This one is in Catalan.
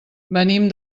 venim